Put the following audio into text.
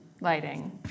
lighting